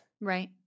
Right